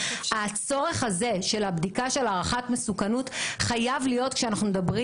הצורך הזה של הבדיקה של הערכת מסוכנות חייב להיות כשאנחנו מדברים